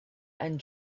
and